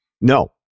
No